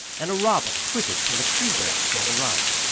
and a robin twittered from a tree branch on the right.